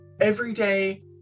everyday